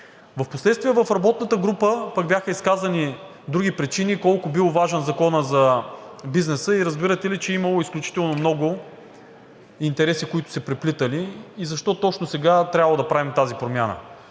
Впоследствие в работната група пък бяха изказани други причини. Колко бил важен Законът за бизнеса и разбирате ли, че имало изключително много интереси, които се преплитали. Защо точно сега трябвало да правим тази промяна?